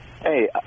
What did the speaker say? Hey